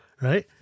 Right